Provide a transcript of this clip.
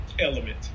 element